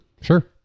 Sure